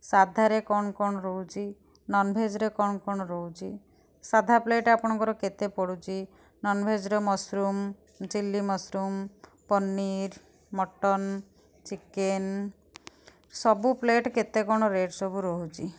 ସାଧାରେ କଣ କଣ ରହୁଚି ନନ୍ଭେଜ୍ରେ କଣ କଣ ରହୁଛି ସାଧା ପ୍ଲେଟ୍ ଆପଣଙ୍କର କେତେ ପଡ଼ୁଛି ନନ୍ଭେଜରେ mushroom chilli mushroom paneer mutton chicken ସବୁ ପ୍ଲେଟ୍ କେତେ କଣ ରେଟ୍ ସବୁ ରହୁଛି